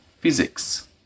physics